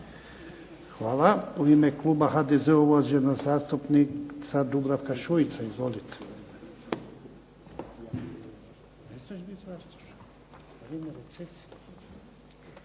Hvala. U ime kluba HDZ-a uvažena zastupnica Dubravka Šuica. Izvolite.